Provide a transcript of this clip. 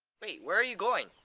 wait. where are you going?